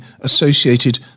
associated